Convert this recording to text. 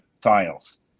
tiles